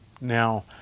Now